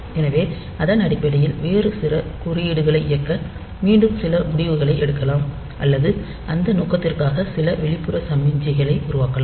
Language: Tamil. எனவே அதன் அடிப்படையில் வேறு சில குறியீடுகளை இயக்க மீண்டும் சில முடிவுகளை எடுக்கலாம் அல்லது அந்த நோக்கத்திற்காக சில வெளிப்புற சமிக்ஞைகளை உருவாக்கலாம்